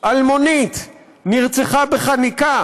אלמונית, נרצחה בחניקה